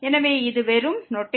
எனவே இது வெறும் நோட்டேஷன்